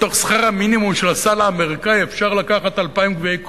בתוך שכר המינימום של הסל האמריקני אפשר לקחת 2,000 גביעי "קוטג'",